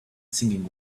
singing